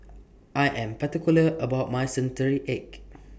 I Am particular about My Century Egg